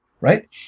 right